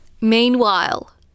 Meanwhile